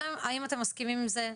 האם אתם מסכימים עם זה?